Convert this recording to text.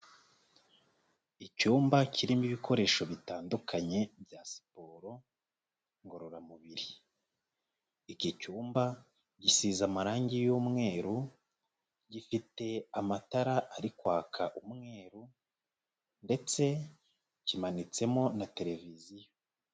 Icyumba kirimo ibikoresho bitandukanye bya siporo ngororamubiri. Iki cyumba gisize amarangi y'umweru, gifite amatara ari kwaka umweru ndetse kimanitsemo na tereviziyo.